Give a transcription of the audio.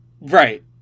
Right